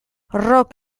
rock